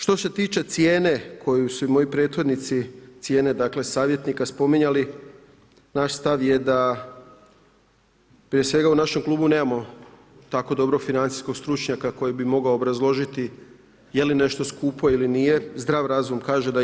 Što se tiče cijene koju su moji prethodnici, cijene dakle, savjetnika spominjali, naš stav je da prije svega u našem klubu nemamo tako dobrog financijskog stručnjaka koji bi mogao obrazložiti je li nešto skupo ili nije, zdrav razum kaže da je.